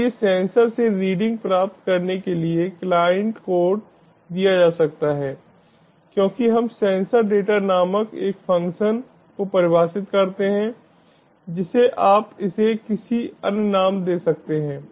इसलिए सेंसर से रीडिंग प्राप्त करने के लिए क्लाइंट कोड दिया जा सकता है क्योंकि हम सेंसर डेटा नामक एक फ़ंक्शन को परिभाषित करते हैं जिसे आप इसे किसी अन्य नाम दे सकते हैं